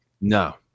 No